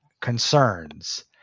concerns